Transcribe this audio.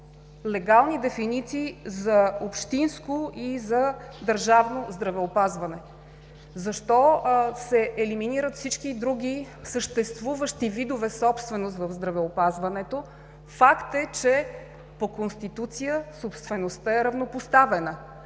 легални дефиниции за общинско и за държавно здравеопазване. Защо се елиминират всички други съществуващи видове собственост в здравеопазването? Факт е, че по Конституция собствеността е равнопоставена.